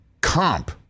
comp